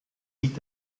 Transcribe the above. niet